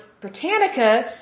Britannica